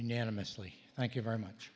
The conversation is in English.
unanimously thank you very much